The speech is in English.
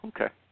Okay